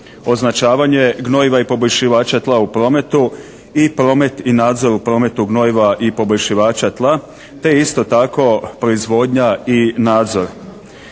označavanje gnojiva i pobolšivača tla u prometu i promet i nadzor u prometu gnojiva i poboljšivača tla te isto tako proizvodnja i nadzor.